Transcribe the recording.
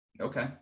Okay